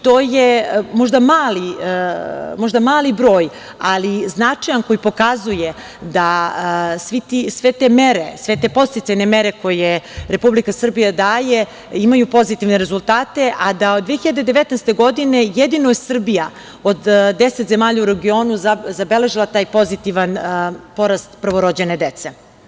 To je možda mali broj, ali značajan koji pokazuje da sve te mere, sve te podsticajne mere koje Republika Srbija daje imaju pozitivne rezultate, a da od 2019. godine jedino je Srbija od 10 zemalja u regionu zabeležila taj pozitivan porast prvorođene dece.